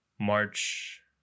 March